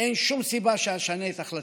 אין שום סיבה שאשנה את החלטתי.